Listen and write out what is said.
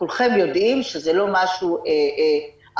וכולכם יודעים שזה לא משהו אחיד,